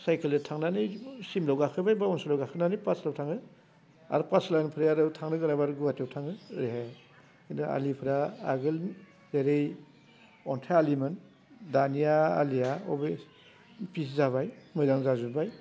सायखेलजो थांनानै सिमलायाव गाखोबाय बा अनसलियाव गाखोनानै पातसालायाव थाङो आरो पातसालानिफ्राय आरो थांनो गोनांब्ला आरो गुहाटियाव थाङो ओरैहाय बिदिनो आलिफोरा आगोल जेरै अन्थाइ आलिमोन दानिया आलिया बे पिस जाबाय मोजां जाजोब्बाय